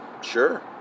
Sure